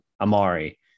Amari